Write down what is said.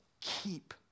Keep